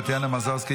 טטיאנה מזרסקי,